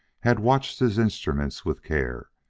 had watched his instruments with care.